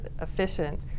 efficient